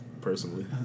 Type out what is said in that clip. personally